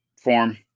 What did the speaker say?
form